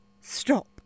stop